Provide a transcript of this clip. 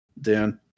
Dan